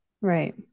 right